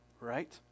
Right